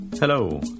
Hello